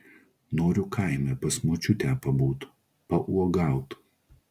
noriu kaime pas močiutę pabūt pauogaut